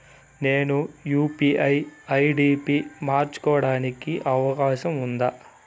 నేను UPI ID పి మార్చుకోవడానికి అవకాశం ఉందా?